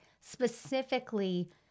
specifically